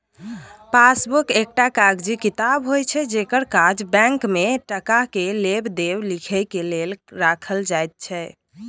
passbook एकटा कागजी किताब होइत छै जकर काज बैंक में टका के लेब देब लिखे के लेल राखल जाइत छै